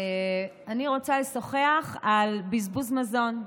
אני רוצה לשוחח על בזבוז מזון.